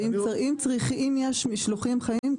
שאם יש משלוחים חיים,